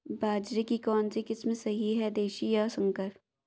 बाजरे की कौनसी किस्म सही हैं देशी या संकर?